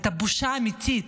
את הבושה האמיתית,